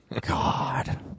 God